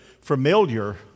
familiar